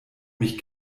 mich